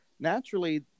Naturally